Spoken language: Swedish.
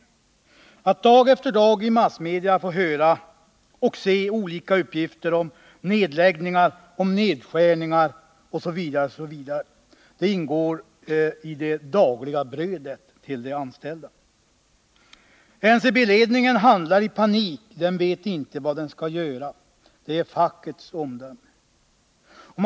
Det ingår så att säga i det dagliga brödet till de anställda att få höra och se olika uppgifter om nedläggningar, om nedskärningar osv. NCB-ledningen handlar i panik, den vet inte vad den skall göra — det är fackets omdöme.